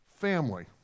family